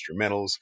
instrumentals